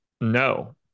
no